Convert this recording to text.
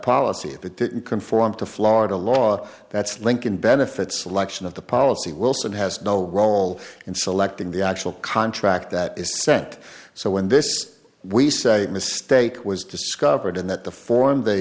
policy if it didn't conform to florida law that's lincoln benefit selection of the policy wilson has no role in selecting the actual contract that is sent so in this case we say mistake was discovered and that the form they